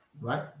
right